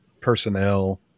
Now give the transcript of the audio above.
personnel